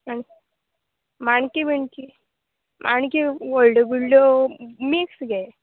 माणकी माणकी बिणकी माणकी व्हडल्यो बिडल्यो मिक्स गे